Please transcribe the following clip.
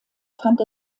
fand